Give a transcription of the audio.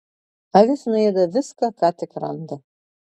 avis nuėda viską ką tik randa